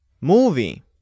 Movie